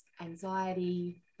anxiety